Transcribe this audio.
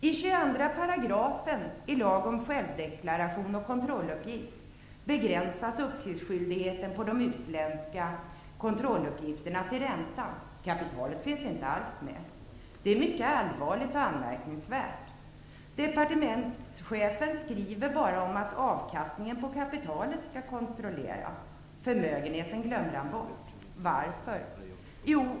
I 22 § i lag om självdeklaration och kontrolluppgift begränsas uppgiftsskyldigheten på de utländska kontrolluppgifterna till räntan. Kapitalet finns inte alls med. Det är mycket allvarligt och anmärkningsvärt. Departementschefen skriver bara om att avkastningen på kapitalet skall kontrolleras. Förmögenheten glömde han bort. Varför?